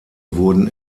wurden